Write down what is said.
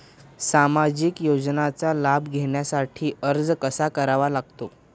सामाजिक योजनांचा लाभ घेण्यासाठी अर्ज कसा करावा लागतो?